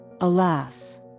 alas